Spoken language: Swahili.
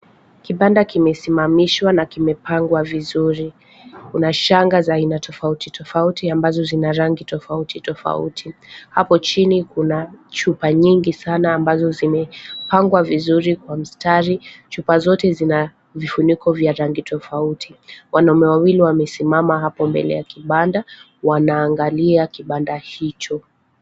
Kibanda kimesimamishwa na kimepangwa vizuri . Kuna shanga za aina tofauti tofauti ambazo zina rangi tofauti tofauti. Hapo chini kuna chupa nyingi sana ambazo zimepangwa vizuri kwa mstari. Chupa zote zina vifuniko vya rangi tofauti . Wanaume wawili wamesimama hapo mbele ya kibanda, wanaangalia kibanda hicho.